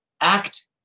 act